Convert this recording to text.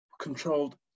Controlled